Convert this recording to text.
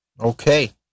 Okay